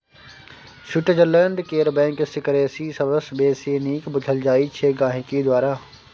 Switzerland केर bank secrecy सबसँ बेसी नीक बुझल जाइ छै गांहिकी द्वारा